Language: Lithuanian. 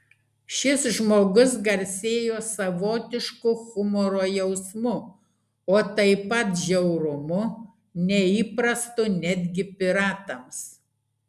šis žmogus garsėjo savotišku humoro jausmu o taip pat žiaurumu neįprastu netgi piratams